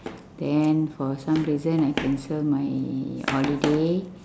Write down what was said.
then for some reason I cancel my holiday